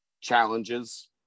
challenges